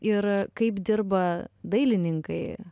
ir kaip dirba dailininkai